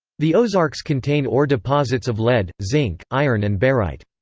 the ozarks contain ore deposits of lead, zinc, iron and barite.